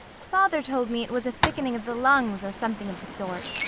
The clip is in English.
father told me it was a thickening of the lungs, or something of the sort.